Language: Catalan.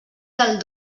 del